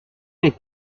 les